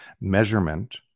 measurement